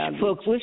folks